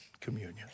communion